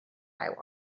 eye